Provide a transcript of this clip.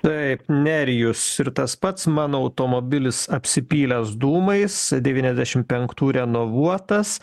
taip nerijus ir tas pats mano automobilis apsipylęs dūmais devyniasdešimt penktų renovuotas